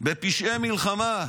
בפשעי מלחמה.